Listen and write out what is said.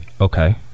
Okay